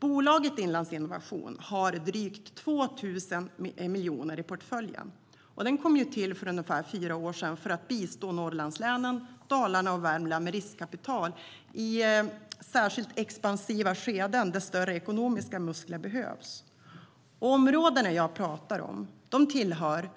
Bolaget Inlandsinnovation har drygt 2 000 miljoner i portföljen och kom till för ungefär fyra år sedan för att bistå norrlandslänen, Dalarna och Värmland med riskkapital i särskilt expansiva skeden där större ekonomiska muskler behövs. Områdena jag talar om tillhör